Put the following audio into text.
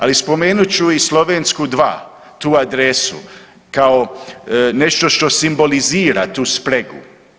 Ali spomenut ću i Slovensku 2, tu adresu, kao nešto što simbolizira tu spregu.